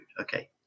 Okay